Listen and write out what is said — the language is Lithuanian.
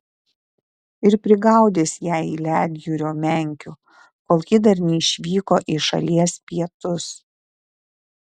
ir prigaudys jai ledjūrio menkių kol ji dar neišvyko į šalies pietus